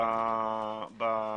דואופול,